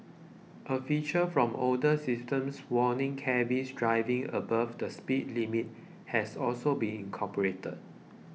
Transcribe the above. a feature from older systems warning cabbies driving above the speed limit has also been incorporated